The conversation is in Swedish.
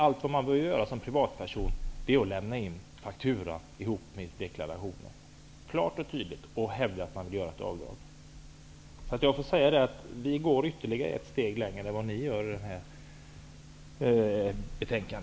Allt man som privatperson behöver göra är att lämna in fakturan ihop med deklarationen, klart och tydligt, och hävda att man vill göra ett avdrag. Ny demokrati går ytterligare ett steg längre än